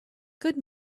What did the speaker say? good